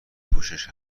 پوشش